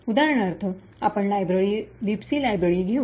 उदाहरणार्थ आपण लायब्ररी लिबसी लायब्ररी घेऊ